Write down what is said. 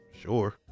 sure